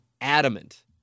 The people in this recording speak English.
adamant